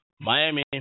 Miami